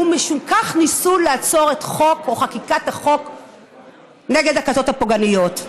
ומשום כך ניסו לעצור את חקיקת החוק נגד הכיתות הפוגעניות.